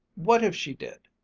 what if she did?